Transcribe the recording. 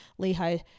Lehi